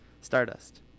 Stardust